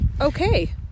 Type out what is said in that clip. Okay